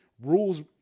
rules